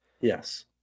Yes